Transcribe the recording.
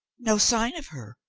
no sign of her.